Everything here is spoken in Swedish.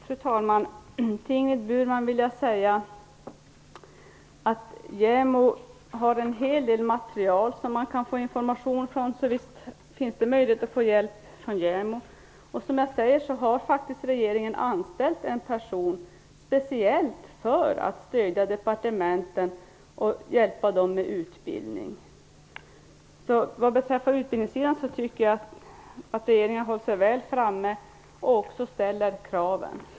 Fru talman! Till Ingrid Burman vill jag säga att JämO har en hel del material där man kan få information, så visst finns det möjlighet att få hjälp från JämO. Regeringen har ju också anställt en person speciellt för att stödja departementen och hjälpa dem med utbildning. Jag tycker att regeringen har hållit sig väl framme på utbildningssidan och också ställer krav.